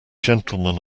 gentlemen